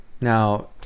Now